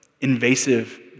invasive